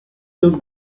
took